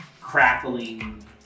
crackling